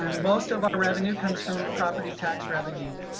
um most of our revenue comes from property tax revenue.